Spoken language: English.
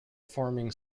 forming